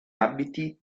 abiti